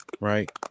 right